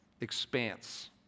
expanse